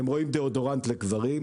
אתם רואים דיאודורנט לגברים.